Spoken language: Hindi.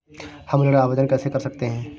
हम ऋण आवेदन कैसे कर सकते हैं?